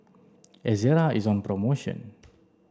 Ezerra is on promotion